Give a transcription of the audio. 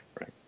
right